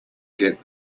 get